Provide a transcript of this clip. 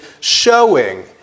showing